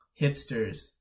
hipsters